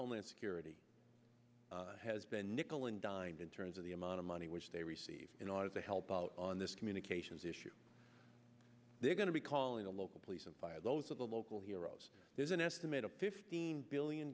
homeland security has been nickel and dime in terms of the amount of money which they receive in order to help on this communications issue they're going to be calling the local police and fire those of the local heroes there's an estimated fifteen billion